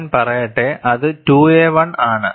ഞാൻ പറയട്ടെ അത് 2a1 ആണ്